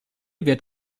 wird